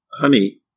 honey